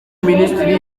minisitiri